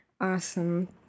Awesome